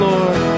Lord